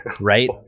right